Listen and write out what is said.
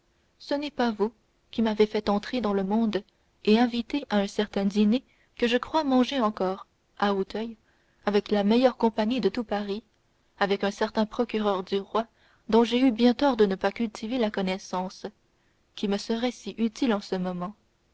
ce n'est pas vous qui m'avez fait entrer dans le monde et invité à un certain dîner que je crois manger encore à auteuil avec la meilleure compagnie de tout paris avec certain procureur du roi dont j'ai eu bien tort de ne pas cultiver la connaissance qui me serait si utile en ce moment